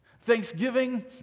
Thanksgiving